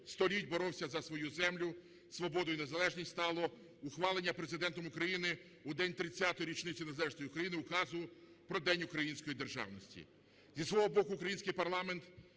століть боровся за свою землю, свободу і незалежність, стало ухвалення Президентом України в день 30-ї річниці незалежності України Указу "Про День Української Державності". Зі свого боку український парламент